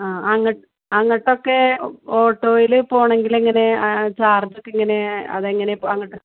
ആ അങ്ങനെ അങ്ങനെത്തയൊക്കെ ഓട്ടോയിൽ പോണെങ്കിലെങ്ങനെ ചാർജ്ജൊക്കെ എങ്ങനെ അതെങ്ങനെയാണ് അങ്ങോട്ട്